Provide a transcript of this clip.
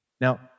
Now